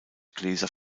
gläser